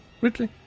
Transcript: Ridley